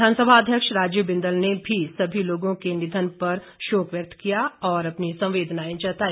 विधानसभा अध्यक्ष राजीव बिंदल ने सभी लोगों के निधन पर शोक व्यक्त किया तथा अपनी संवेदना जताई